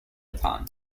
upon